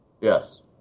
Yes